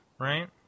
right